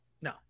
no